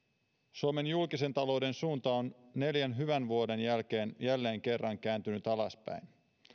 suomen julkisen talouden suunta on neljän hyvän vuoden jälkeen jälleen kerran kääntynyt alaspäin